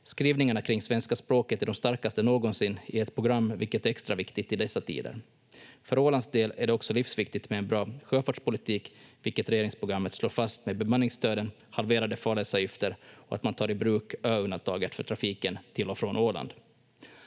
Skrivningarna kring svenska språket är de starkaste någonsin i ett program, vilket är extra viktigt i dessa tider. För Ålands del är det också livsviktigt med en bra sjöfartspolitik, vilket regeringsprogrammet slår fast med bemanningsstöden, halverade farledsavgifter och att man tar i bruk öundantaget för trafiken till och från Åland.